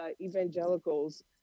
evangelicals